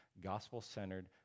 gospel-centered